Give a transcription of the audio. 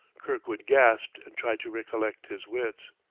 kirkwood gasped and tried to re-collect his wits.